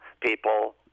people